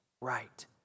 right